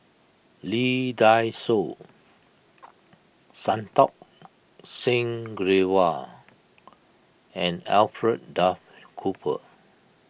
Lee Dai Soh Santokh Singh Grewal and Alfred Duff Cooper